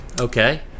Okay